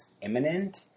imminent